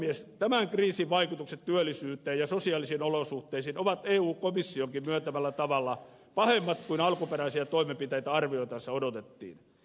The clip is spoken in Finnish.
tämän kriisin vaikutukset työllisyyteen ja sosiaalisiin olosuhteisiin ovat eu komissionkin myöntämällä tavalla pahemmat kuin alkuperäisiä toimenpiteitä arvioitaessa odotettiin